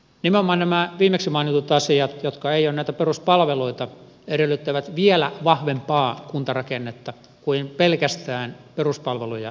nimenomaan nämä viimeksi mainitut asiat jotka eivät ole näitä peruspalveluita edellyttävät vielä vahvempaa kuntarakennetta kuin pelkästään peruspalveluja varten